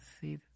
see